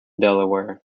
delaware